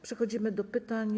Przechodzimy do pytań.